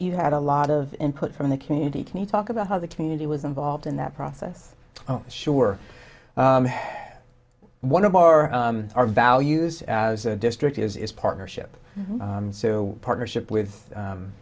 you had a lot of input from the community can you talk about how the community was involved in that process oh sure one of our our values as a district is a partnership partnership with